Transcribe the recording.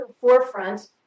forefront